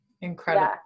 Incredible